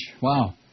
Wow